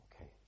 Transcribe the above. Okay